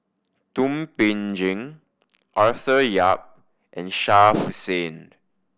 Thum Ping Tjin Arthur Yap and Shah Hussain